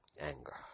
Anger